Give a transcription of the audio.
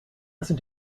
listen